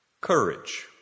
Courage